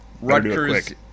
Rutgers